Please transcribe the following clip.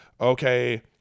okay –